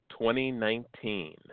2019